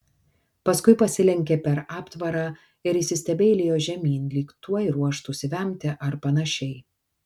paskui pasilenkė per aptvarą ir įsistebeilijo žemyn lyg tuoj ruoštųsi vemti ar panašiai